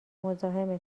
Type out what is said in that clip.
مزاحم